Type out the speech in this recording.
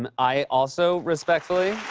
um i also respectfully.